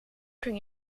kun